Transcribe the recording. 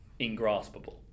ingraspable